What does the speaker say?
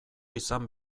izan